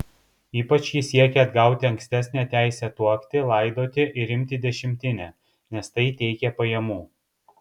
ypač ji siekė atgauti ankstesnę teisę tuokti laidoti ir imti dešimtinę nes tai teikė pajamų